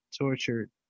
tortured